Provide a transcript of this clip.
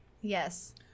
Yes